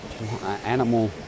animal